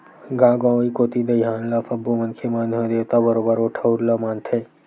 गाँव गंवई कोती दईहान ल सब्बो मनखे मन ह देवता बरोबर ओ ठउर ल मानथे